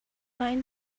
find